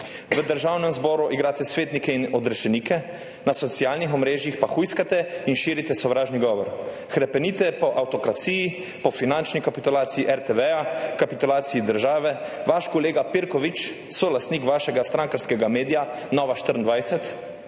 v Državnem zboru igrate svetnike in odrešenike, na socialnih omrežjih pa hujskate in širite sovražni govor, hrepenite po avtokraciji, po finančni kapitulaciji RTV, kapitulaciji države. Vaš kolega Pirkovič, solastnik vašega strankarskega medija Nova24,